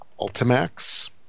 Ultimax